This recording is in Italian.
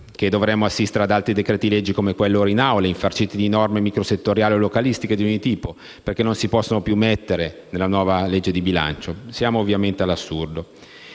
che dovremo assistere ad altri decreti-legge, come quello ora in Aula, infarciti di norme micro settoriali o localistiche di ogni tipo, perché non si possono più mettere nella nuova legge di bilancio? Siamo ovviamente all'assurdo!